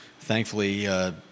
thankfully